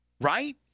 right